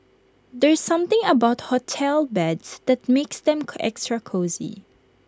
there's something about hotel beds that makes them extra cosy